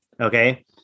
Okay